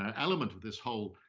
ah element of this whole,